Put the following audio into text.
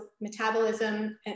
metabolism